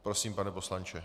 Prosím, pane poslanče.